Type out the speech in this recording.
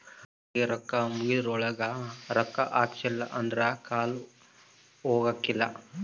ಮೊಬೈಲಿಗೆ ರೊಕ್ಕ ಮುಗೆದ್ರೊಳಗ ರೊಕ್ಕ ಹಾಕ್ಸಿಲ್ಲಿಲ್ಲ ಅಂದ್ರ ಕಾಲ್ ಹೊಗಕಿಲ್ಲ